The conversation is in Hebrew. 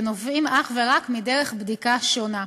ונובעים אך ורק מדרך בדיקה שונה.